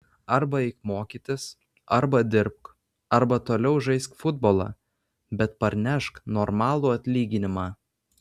arba eik mokytis arba dirbk arba toliau žaisk futbolą bet parnešk normalų atlyginimą